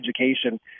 education